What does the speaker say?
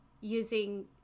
using